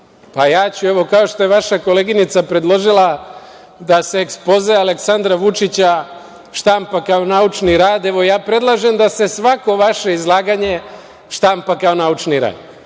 pa ja ću, kao što je vaša koleginica predložila, da se ekspoze Aleksandra Vučića štampa kao naučni rad, evo ja predlažem da se svako vaše izlaganje štampa kao naučni rad.